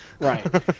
Right